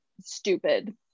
stupid